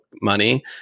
money